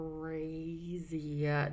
Crazy